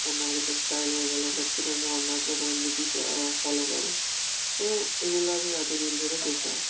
American style হয়ে গেল মেক্সিকানরা অন্য এক রকমের নীতি ফ ফলো করে তো এগুলো আমি এত দিন ধরে দেখে আসছি